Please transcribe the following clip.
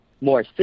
more